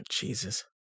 Jesus